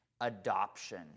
adoption